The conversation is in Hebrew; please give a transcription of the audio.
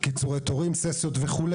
קיצורי תורים וכו'.